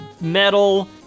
metal